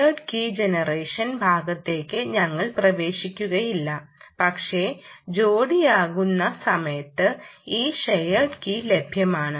shared key generation ഭാഗത്തേക്ക് ഞങ്ങൾ പ്രവേശിക്കുകയില്ല പക്ഷേ ജോടിയാക്കുന്ന സമയത്ത് ഈ ഷെയേർഡ് കീ ലഭ്യമാണ്